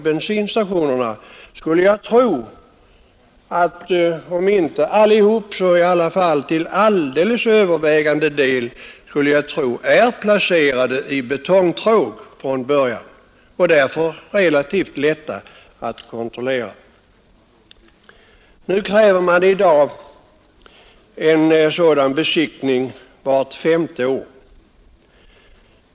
Bensinstationernas oljetankar är, om inte alla så i varje fall den alldeles övervägande delen, från början placerade i betongtråg och därför relativt lätta att kontrollera. I dag krävs besiktning vart femte år.